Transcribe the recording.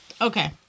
Okay